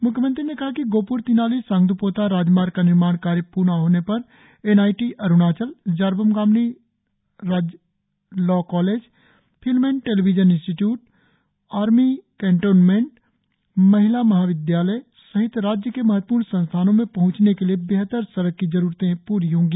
म्ख्यमंत्री ने कहा कि गोहप्र तिनाली सांगद्पोता राजमार्ग का निर्माण कार्य प्रा होने पर N I T Arunachal Jarbom Gamlin law college film and television institute army cantonment महिला महाविद्यालय सहित राज्य के महत्वपूर्ण संस्थानो में पहचने के लिए बेहतर सड़क की जरुरत प्री होगी